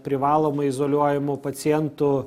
privalomai izoliuojamų pacientų